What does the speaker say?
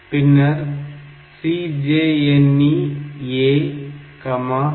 பின்னர் CJNE A 0 L7